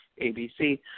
ABC